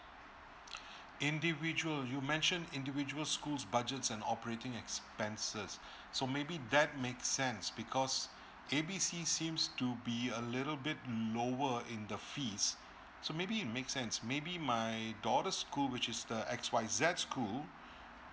individual you mentioned individual school's budgets and operating expenses so maybe that makes sense because A B C seems to be a little bit lower in the fees so maybe it makes sense maybe my daughter's school which is the X Y Z school